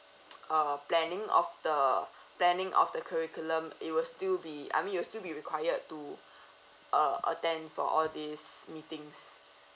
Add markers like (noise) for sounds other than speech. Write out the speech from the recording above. uh planning of the (breath) planning of the curriculum it will still be I mean you'll still be required to (breath) uh attend for all this meetings